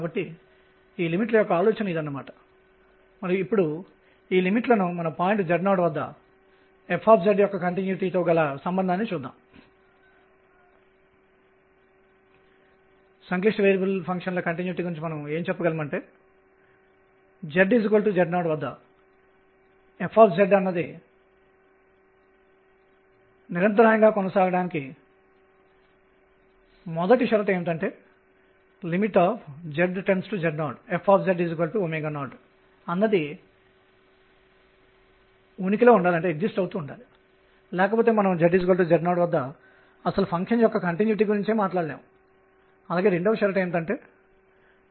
కాబట్టి Bohr model ఏమి చేసిందో గుర్తుంచుకోండి ఎలక్ట్రాన్లు కేంద్రకం చుట్టూ వృత్తాకార కక్ష్యల్లో కదులుతున్నట్లు అతను భావించాడు మరియు యాంగులార్ మొమెంటం కోణీయ వేగం స్థిరంగా ఉన్నందున కక్ష్య యొక్క సమతలంప్లేన్ ఒకే విధంగా ఉంటుంది